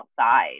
outside